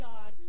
God